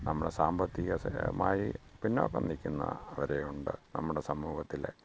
നമ്മളെ സാമ്പത്തിക മായി പിന്നോക്കം നില്ക്കുന്നവര് ഉണ്ട് നമ്മുടെ സമൂഹത്തില്